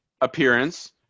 appearance